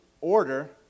order